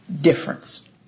difference